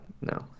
no